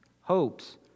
hopes